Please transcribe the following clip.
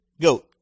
goat